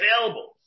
available